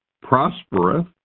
prospereth